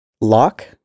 lock